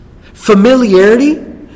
Familiarity